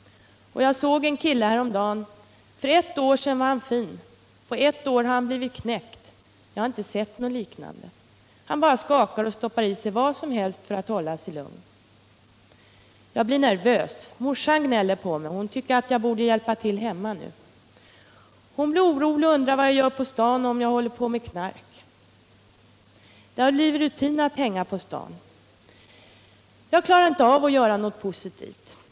Jag såg en kille häromdagen, för ett år sedan var han fin, på ett år har han blivit knäckt, jag har inte sett liknande. Han bara skakar och stoppar i sig vad som helst för att hålla sig lugn. Jag blir nervös. Morsan gnäller på mig, hon tycker att jag borde hjälpa till hemma nu. Hon blir orolig, undrar vad jag gör på stan och om jag håller på med knark. --=- Det har blivit rutin att hänga på stan, jag klarar inte av att göra något positivt.